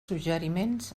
suggeriments